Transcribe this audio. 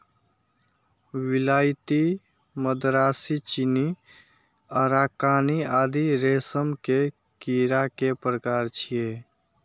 विलायती, मदरासी, चीनी, अराकानी आदि रेशम के कीड़ा के प्रकार छियै